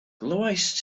glywaist